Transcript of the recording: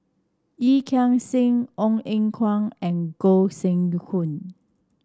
Yee Chia Sing Ong Eng Guan and Gog Sing Hooi